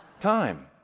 time